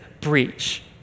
breach